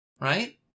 Right